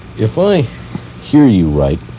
if i hear you right,